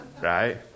Right